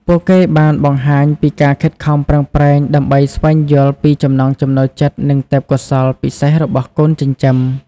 ពួកគេបានបង្ហាញពីការខិតខំប្រឹងប្រែងដើម្បីស្វែងយល់ពីចំណង់ចំណូលចិត្ត និងទេពកោសល្យពិសេសរបស់កូនចិញ្ចឹម។